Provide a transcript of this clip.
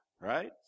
right